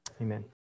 Amen